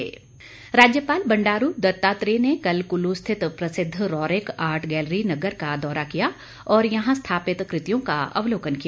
राज्यपाल राज्यपाल बंडारू दत्तात्रेय ने कल कुल्लू रिथत प्रसिद्ध रोरिक आर्ट गैलरी नग्गर का दौरा किया और यहां स्थापित कृतियों का अवलोकन किया